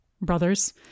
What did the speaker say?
brothers